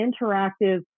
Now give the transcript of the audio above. interactive